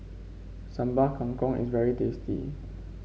Sambal Kangkong is very tasty